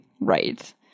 right